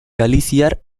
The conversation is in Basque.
galiziar